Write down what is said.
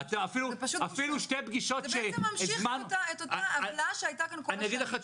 זה בעצם את אותה הכלאה שהייתה כאן כל השנים.